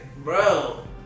Bro